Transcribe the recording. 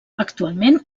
actualment